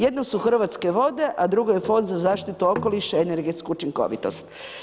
Jedno su Hrvatske vode, a drugo je Fond za zaštitu okoliša i energetsku učinkovitost.